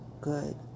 good